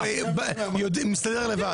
אל תעזור לו, טור פז מסתדר לבד.